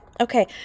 Okay